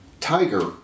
tiger